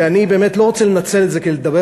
ואני באמת לא רוצה לנצל את זה כדי לדבר